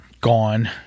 gone